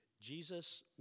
Jesus